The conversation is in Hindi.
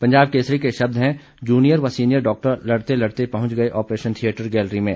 पंजाब केसरी के शब्द हैं जूनियर व सीनियर डॉक्टर लड़ते लड़ते पहुंच गए ऑप्रेशन थिएटर गैलरी में